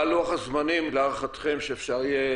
מה לוח הזמנים להערכתכם שאפשר יהיה